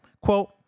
quote